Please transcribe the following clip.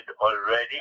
already